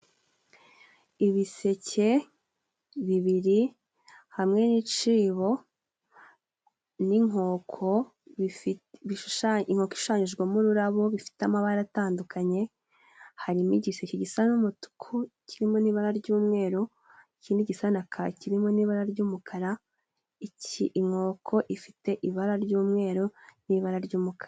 Ibiseke bibiri hamwe n'icyibo, n'inkoko, inkoko ishushanyijwemo ururabo, bifite amabara atandukanye, harimo igiseke gisa n'umutuku, kirimo n'ibara ry'umweru, ikindi gisa na kaki kirimo n'ibara ry'umukara, inkoko ifite ibara ry'umweru, n'ibara ry'umukara.